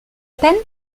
peine